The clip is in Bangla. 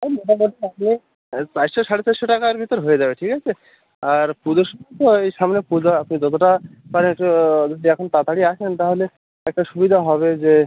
ও মোটামোটি হবে চারশো সাড়ে চারশো টাকার ভিতর হয়ে যাবে ঠিক আছে আর পুজোর সময় তো ওই সামনে পুজো পুজো কটা মানে একটু যদি এখন তাড়াতাড়ি আসেন তাহলে একটা সুবিধা হবে যে